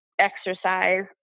exercise